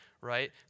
right